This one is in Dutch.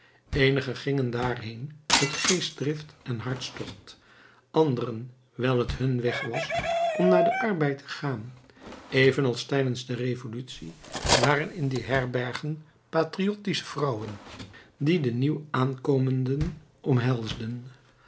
eenigen gingen daarheen uit geestdrift en hartstocht anderen wijl t hun weg was om naar den arbeid te gaan evenals tijdens de revolutie waren in die herbergen patriottische vrouwen die de nieuw aankomenden omhelsden